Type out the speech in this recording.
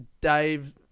Dave